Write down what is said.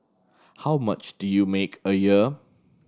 how much do you make a year